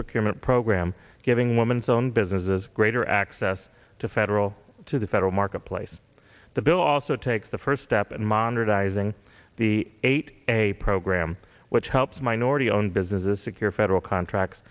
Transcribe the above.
procurement program giving woman's own businesses greater access to federal to the federal marketplace the bill also takes the first step and monitored izing the eight a program which helps minority owned businesses secure federal contracts